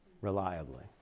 reliably